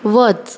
वच